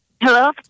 hello